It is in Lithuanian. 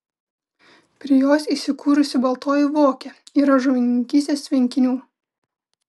prie jos įsikūrusi baltoji vokė yra žuvininkystės tvenkinių